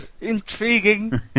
intriguing